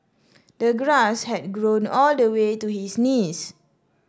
the grass had grown all the way to his knees